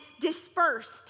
dispersed